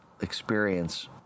experience